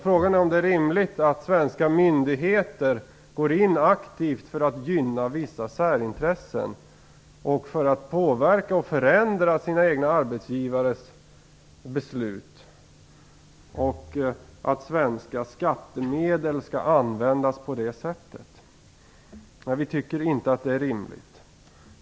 Frågan är om det är rimligt att svenska myndigheter aktivt går in för att gynna vissa särintressen och för att påverka och förändra sina egna arbetsgivares beslut och att svenska skattemedel skall användas på det sättet. Vi tycker inte att det är rimligt.